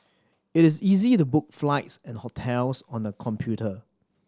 it is easy to book flights and hotels on the computer